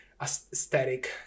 aesthetic